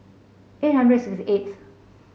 eight hundred sixty eighth